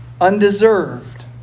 Undeserved